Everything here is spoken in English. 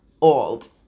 old